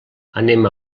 anem